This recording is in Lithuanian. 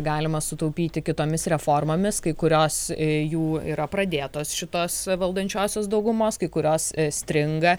galima sutaupyti kitomis reformomis kai kurios jų yra pradėtos šitos valdančiosios daugumos kai kurios stringa